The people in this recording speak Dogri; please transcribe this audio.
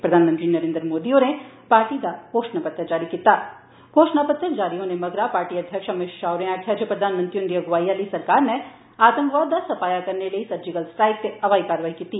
प्रधानमंत्री नरेन्द्र मोदी होरें पार्टी दा घोषणा पत्र जारी होने मगरा पार्टी अधयक्ष अमित शाह होरे आक्खेआ प्रधानमंत्री हन्दी अगुवाई आली सरकार ने आतकवाद दा सफाया करने लेई सर्जिकल स्ट्राईक ते हवाई कारवाई कीती